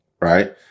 right